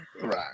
Right